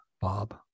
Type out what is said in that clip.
Bob